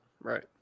Right